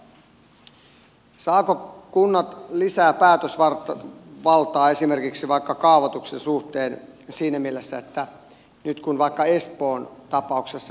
saavatko kunnat nyt lisää päätösvaltaa esimerkiksi kaavoituksen suhteen siinä mielessä että nyt kun vaikkapa espoon tapauksessa